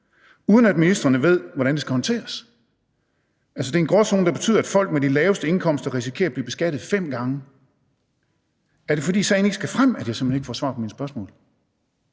uden at ministrene ved, hvordan det skal håndteres? Altså, det er en gråzone, der betyder, at folk med de laveste indkomster risikerer at blive beskattet fem gange. Er det, fordi sagen ikke skal frem, at jeg simpelt hen ikke får svar på mit spørgsmål?